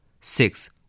six